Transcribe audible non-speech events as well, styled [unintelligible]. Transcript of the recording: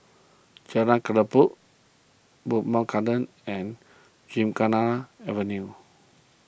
Jalan [unintelligible] Bowmont Gardens and Gymkhana Avenue